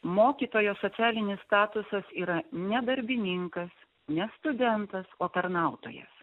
mokytojo socialinis statusas yra ne darbininkas ne studentas o tarnautojas